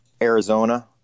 Arizona